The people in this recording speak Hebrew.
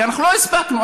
כי אנחנו לא הספקנו,